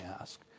ask